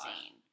seen